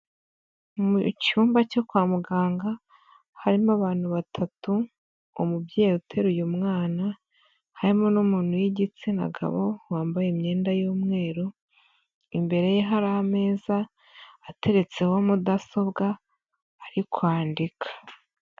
Mu cyumba cyo kwa muganga, harimo abantu batatu, umubyeyi uteruye mwana, harimo n'umuntu w'igitsina gabo, wambaye imyenda y'umweru, imbere ye hari ameza, ateretseho mudasobwa, ari kwandika.